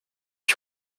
ich